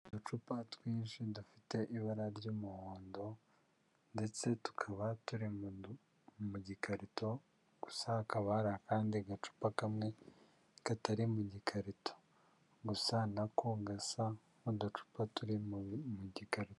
Uducupa twinshi dufite ibara ry'umuhondo ndetse tukaba turi mu gikarito, gusa hakaba hari akandi gacupa kamwe katari mu gikarito, gusa na ko gasa n'uducupa turi mu mugikarito.